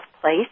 place